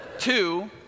Two